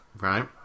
Right